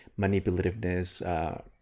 manipulativeness